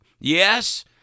Yes